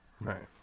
Right